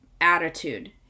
attitude